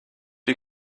you